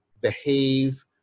behave